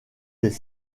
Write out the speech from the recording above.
des